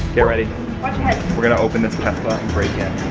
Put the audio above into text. get ready watch your head. we gonna open this tesla, and break in.